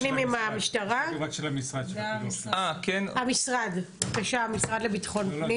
בבקשה, המשרד לביטחון פנים.